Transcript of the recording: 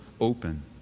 open